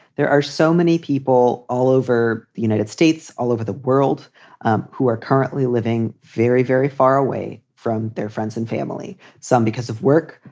there are so many people all over the united states, all over the world um who are currently living very, very far away from their friends and family. some because of work.